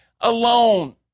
alone